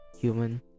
human